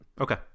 Okay